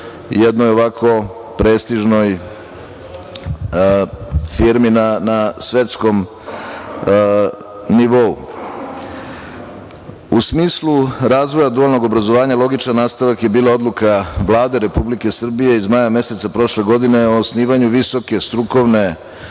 jednoj prestižnoj firmi na svetskom nivou.U smislu razvoja dualnog obrazovanja, logičan nastavak je bila odluka Vlade Republike Srbije iz maja meseca prošle godine o osnivanju Visoke strukovne